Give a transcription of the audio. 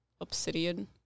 obsidian